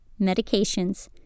medications